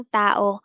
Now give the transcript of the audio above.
tao